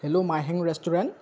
hello মাইহাং restaurant